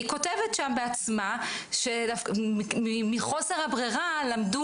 היא כותבת שם בעצמה שמחוסר ברירה למדו